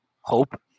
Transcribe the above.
hope